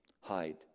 hide